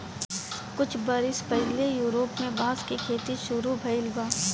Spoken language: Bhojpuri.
कुछ बरिस पहिले यूरोप में बांस क खेती शुरू भइल बा